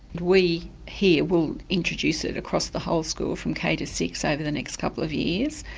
we here will introduce it across the whole school from k to six over the next couple of years,